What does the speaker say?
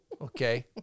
Okay